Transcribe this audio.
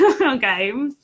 okay